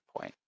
point